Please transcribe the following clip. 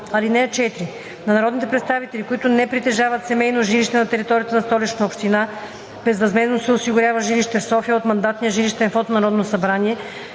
(4) На народните представители, които не притежават семейно жилище на територията на Столичната община, безвъзмездно се осигурява жилище в София от мандатния жилищен фонд